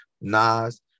Nas